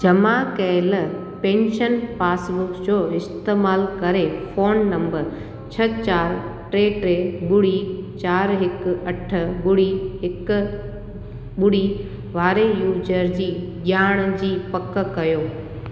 जमा कयल pension passbook जो इस्तेमाल करे फोन नंबर छ्ह चार टे टे ॿुड़ी चार हिकु अठ ॿुड़ी हिकु ॿुड़ी वारे यूजर जी ॼाण जी पक कयो